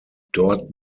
dort